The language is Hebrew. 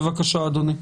בבקשה אדוני.